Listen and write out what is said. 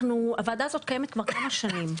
הוועדה הזאת קיימת כבר כמה שנים,